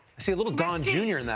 so a little don jr. in that,